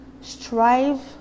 strive